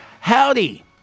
Howdy